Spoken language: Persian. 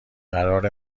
قرار